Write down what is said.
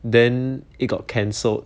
then it got cancelled